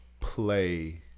play